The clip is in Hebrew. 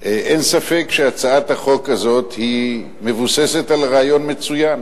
אין ספק שהצעת החוק הזאת מבוססת על רעיון מצוין.